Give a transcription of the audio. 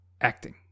acting